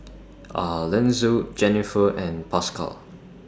Alanzo Jenniffer and Pascal